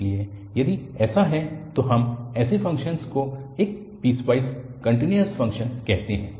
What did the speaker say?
इसलिए यदि ऐसा है तो हम ऐसे फ़ंक्शन को एक पीसवाइस कन्टिन्यूअस फ़ंक्शन कहते हैं